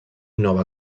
nova